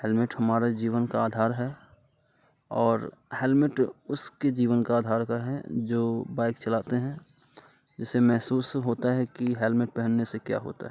helmet हमारे जीवन का आधार है और हैलमेट उसके जीवन का आधार का है जो बाइक चलाते हैं जिससे महसूस होता कि हैलमेट पहनने से क्या होता है